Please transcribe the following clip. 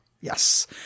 Yes